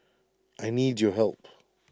I need your help